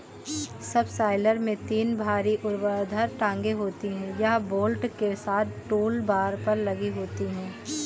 subsoiler में तीन भारी ऊर्ध्वाधर टांगें होती हैं, यह बोल्ट के साथ टूलबार पर लगी होती हैं